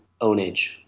ownage